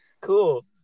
Cool